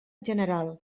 general